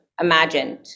imagined